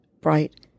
bright